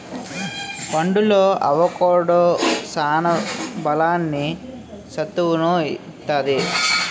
పండులో అవొకాడో సాన బలాన్ని, సత్తువును ఇత్తది